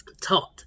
taught